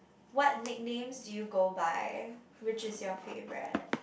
what nicknames do you go by which is your favourite